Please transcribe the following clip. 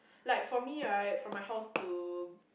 like for me right from my house to